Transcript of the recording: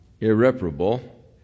irreparable